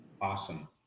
awesome